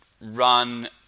run